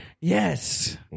Yes